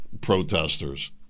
protesters